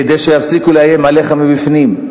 כדי שיפסיקו לאיים עליך מבפנים.